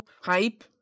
Hype